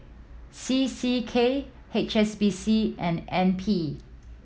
C C K H S B C and N P